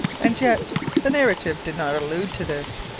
and yet the narrative did not allude to this,